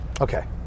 Okay